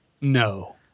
no